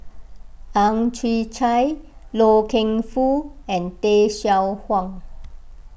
Ang Chwee Chai Loy Keng Foo and Tay Seow Huah